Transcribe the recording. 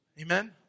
Amen